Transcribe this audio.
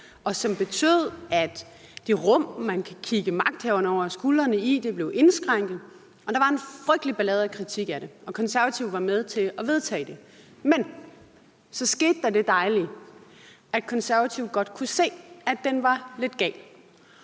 og som betød, at det rum, man kan kigge magthaverne over skuldrene i, blev indskrænket. Der var en frygtelig ballade og kritik af det, og Konservative var med til at vedtage det. Men så skete der det dejlige, at Konservative godt kunne se, at den var lidt gal,